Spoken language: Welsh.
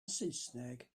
saesneg